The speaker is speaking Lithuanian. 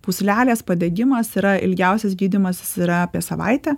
pūslelės padegimas yra ilgiausias gydymasis yra apie savaitę